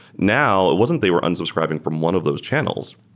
now it wasn't they were unsubscribing from one of those channels.